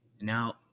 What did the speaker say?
Now